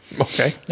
okay